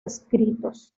escritos